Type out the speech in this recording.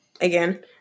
again